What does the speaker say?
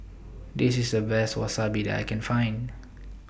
This IS The Best Wasabi that I Can Find